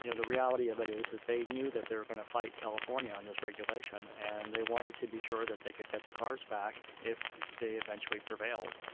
you know the reality of it is that they knew that they were going to fight california on this regulation and they wanted to be sure that they could get the cars back if they eventually prevailed.